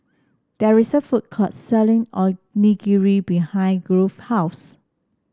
there is a food court selling Onigiri behind Grove house